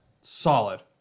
solid